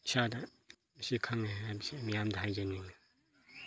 ꯏꯁꯥꯗ ꯑꯁꯤ ꯈꯪꯉꯦ ꯍꯥꯏꯕꯁꯦ ꯑꯩ ꯃꯤꯌꯥꯝꯗ ꯍꯥꯏꯖꯅꯤꯡꯉꯦ